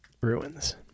ruins